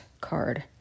card